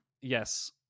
Yes